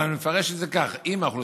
אבל אני מפרש את זה כך: אם האוכלוסייה